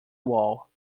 wall